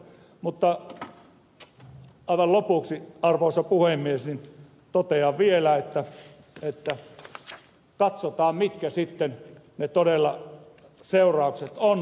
aivan lopuksi arvoisa puhemies totean vielä että katsotaan mitkä sitten todella ne seuraukset ovat